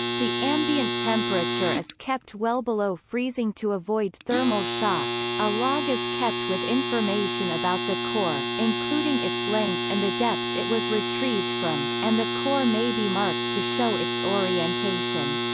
the ambient temperature is kept well below freezing to avoid thermal shock a log is kept with information about the core, including its length and the depth it was retrieved from, and the core may be marked to show its orientation.